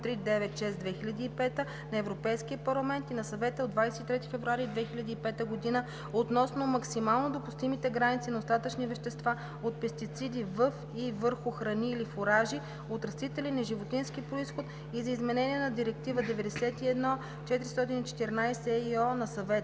396/2005 на Европейския парламент и на Съвета от 23 февруари 2005 г. относно максимално допустимите граници на остатъчни вещества от пестициди във и върху храни или фуражи от растителен или животински произход и за изменение на Директива 91/414/ЕИО на Съвета.“